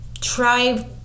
try